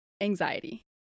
anxiety